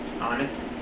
honest